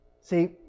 See